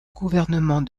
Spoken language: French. gouvernement